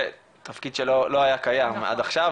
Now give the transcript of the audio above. תפקיד שלא היה קיים עד עכשיו,